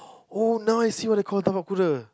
[oh]now I see what I call a